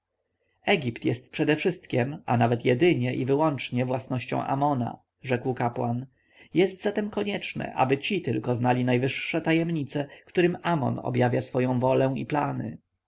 egipt jest przedewszystkiem a nawet jedynie i wyłącznie własnością amona rzekł kapłan jest zatem konieczne aby ci tylko znali najwyższe tajemnice którym amon objawia swoją wolę i plany